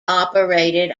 operated